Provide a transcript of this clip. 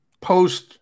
post